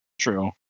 true